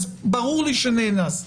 אז ברור לי שנאנסתי.